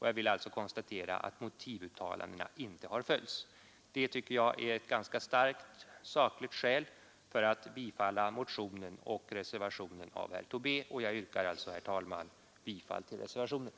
Jag kan därför konstatera att motivuttalandena inte har följts. Det tycker jag är ett ganska starkt sakligt skäl för att bifalla motionen och reservationen av herr Tobé m.fl., och jag yrkar alltså, herr talman, bifall till reservationen.